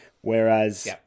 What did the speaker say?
Whereas